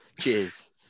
Cheers